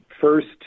first